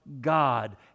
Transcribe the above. God